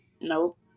nope